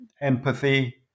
empathy